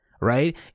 Right